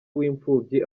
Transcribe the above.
w’imfubyi